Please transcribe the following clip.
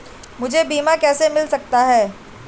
मुझे बीमा कैसे मिल सकता है?